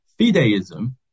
fideism